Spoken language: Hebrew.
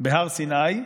בהר סיני,